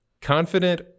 Confident